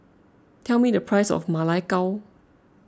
tell me the price of Ma Lai Gao